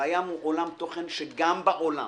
והים הוא עולם תוכן, שגם בעולם